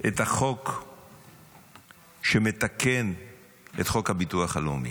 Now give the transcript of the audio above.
את החוק שמתקן את חוק הביטוח הלאומי.